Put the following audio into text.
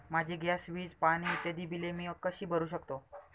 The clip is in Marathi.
माझी गॅस, वीज, पाणी इत्यादि बिले मी कशी भरु शकतो?